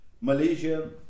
Malaysia